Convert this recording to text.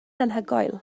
anhygoel